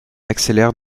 accélère